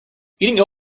eating